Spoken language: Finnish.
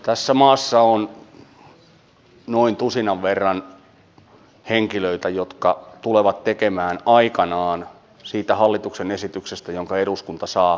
tässä maassa on noin tusinan verran henkilöitä jotka tulevat tekemään aikanaan siitä hallituksen esityksestä jonka eduskunta saa kokonaisarvion